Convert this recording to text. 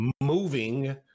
moving